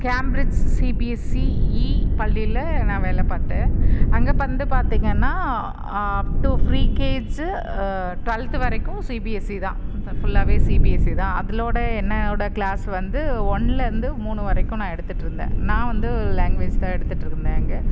Cambridge CBSE இ பள்ளியில் நான் வேலை பார்த்தேன் அங்கே பந்து பார்த்தீங்கன்னா அப் டு ஃப்ரீகேஜு டுவெல்த்து வரைக்கும் சிபிஎஸ்சி தான் ஃபுல்லாவே சிபிஎஸ்சி தான் அதுலோட என்னோடய க்ளாஸ் வந்து ஒன்றுலேந்து மூணு வரைக்கும் நான் எடுத்துட்ருந்தேன் நான் வந்து ஒரு லேங்குவேஜ் தான் எடுத்துட்டுருந்தேன் அங்கே